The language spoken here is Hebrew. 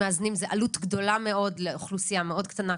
בתים מאזנים זו עלות גדולה מאוד לאוכלוסייה מאוד קטנה.